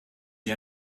sie